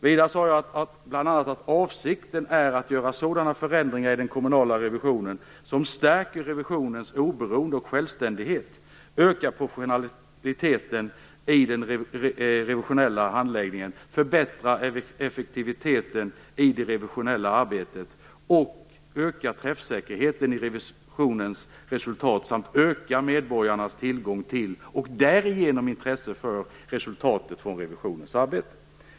Vidare sade jag bl.a. att avsikten är att göra sådana förändringar i den kommunala revisionen som stärker revisionens oberoende och självständighet, ökar professionaliteten i den revisionella handläggningen, förbättrar effektiviteten i det revisionella arbetet, ökar träffsäkerheten i revisionens resultat samt ökar medborgarnas tillgång till - och därigenom intresse för - resultatet från revisionens arbete.